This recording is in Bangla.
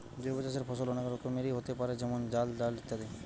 জৈব চাষের ফসল অনেক রকমেরই হোতে পারে যেমন চাল, ডাল ইত্যাদি